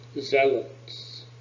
Zealots